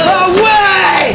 away